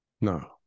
No